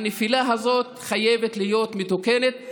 הנפילה הזאת חייבת להיות מתוקנת.